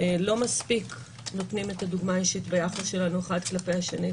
לא מספיק נותנים את הדוגמה האישית ביחס שלנו אחד כלפי השני,